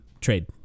trade